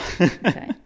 Okay